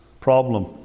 problem